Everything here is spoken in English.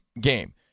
game